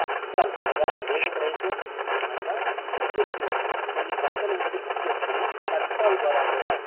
తత్కాల్ అనగా రేపు ప్రయత్నం అనగా ముందు రోజు కొన్ని గంటలు ముందు బుక్ చేసుకుని తత్కాల్ ద్వారా కూడా